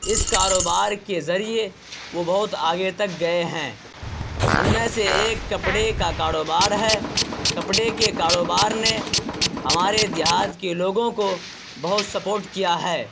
اس کاروبار کے ذریعے وہ بہت آگے تک گئے ہیں ان میں سے ایک کپڑے کا کاروبار ہے کپڑے کے کاروبار نے ہمارے دیہات کے لوگوں کو بہت سپورٹ کیا ہے